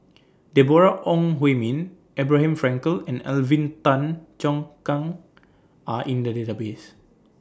Deborah Ong Hui Min Abraham Frankel and Alvin Tan Cheong Kheng Are in The Database